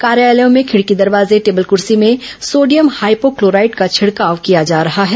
कार्यालयों में खिडकी दरवाजे टेबल कर्सी में सोडियम हाइपोक्लोराइड का छिड़काव किया जा रहा है